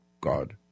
God